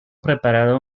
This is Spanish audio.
preparado